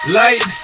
light